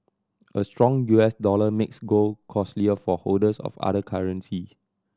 a strong U S dollar makes gold costlier for holders of other currency